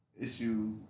issue